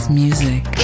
music